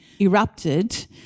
erupted